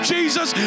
Jesus